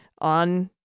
on